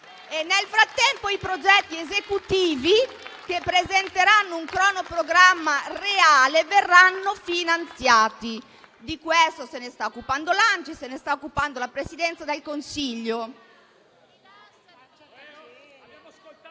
nel frattempo i progetti esecutivi, che presenteranno un cronoprogramma reale, verranno finanziati; di questo se ne stanno occupando l'ANCI e la Presidenza del Consiglio.